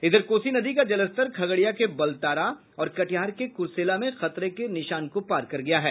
इधर कोसी नदी का जलस्तर खगड़िया के बलतारा और कटिहार के कुर्सेला में खतरे के निशान को पार कर गया है